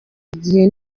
igihe